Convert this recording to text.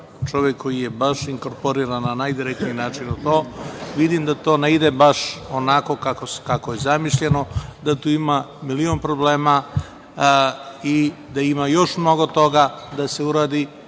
čovek koji je baš inkorporiran na najdirektniji način u to, vidim da to ne ide baš onako kako je zamišljeno, da tu ima milion problema i da ima još mnogo toga da se uradi,